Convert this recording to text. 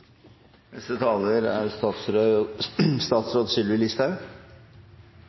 Neste taler er statsråd